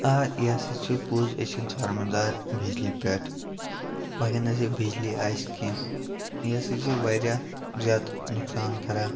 آ یہِ ہَسا چھُ پوٚز أسۍ چھِ دارومدار بِجلی پٮ۪ٹھ اگر نَہ سا یہِ بِجلی آسہِ کیٚنٛہہ یہِ ہَسا چھِ واریاہ زیادٕ نۄقصان کَران